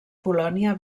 polònia